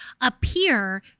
appear